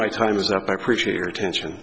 my time is up i appreciate your attention